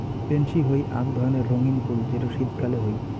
pansy হই আক ধরণের রঙ্গীন ফুল যেটো শীতকালে হই